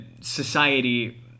society